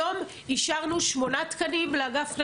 היום אישרנו שמונה תקנים לאגף,